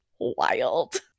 Wild